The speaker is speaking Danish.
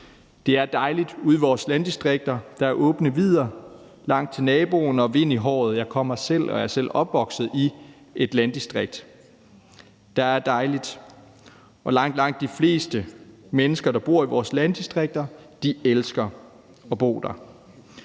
Der er dejligt ude i vores landdistrikter. Der er åbne vidder, langt til naboen og vind i håret. Jeg er selv opvokset i et landdistrikt – der er dejligt. Langt, langt de fleste mennesker, der bor i vores landdistrikter, elsker at bo der.